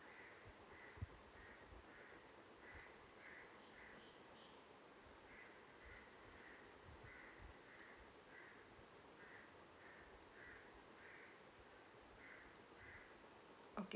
okay